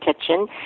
kitchen